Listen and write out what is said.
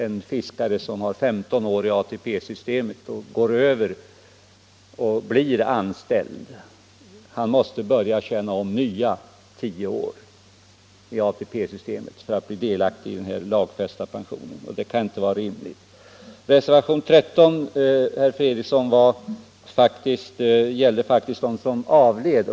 En fiskare som har tjänat in 15 år i ATP-systemet och som går över till att bli anställd måste börja tjäna in tio nya år som underlag vid ATP-beräkningen för att bli delaktig av denna lagfästa pension. Det kan inte vara rimligt. Reservationen 13 gällde, herr Fredriksson, faktiskt den som avlider under året.